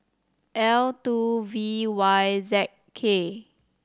L two V Y Z K